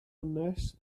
hanes